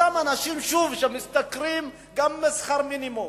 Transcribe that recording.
אותם אנשים, שוב, שגם משתכרים שכר מינימום.